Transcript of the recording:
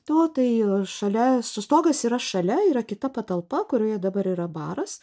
to tai šalia stogas yra šalia yra kita patalpa kurioje dabar yra baras